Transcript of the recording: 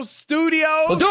studios